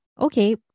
Okay